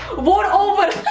war over!